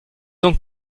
donc